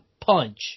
Punch